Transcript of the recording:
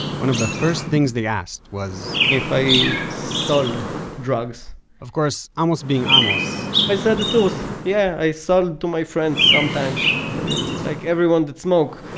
one of the first things they asked was, if i sold drugs of course, amos being ah amos, i said the truth. yeah, i sold to my friends sometimes. i mean like everyone that smoke,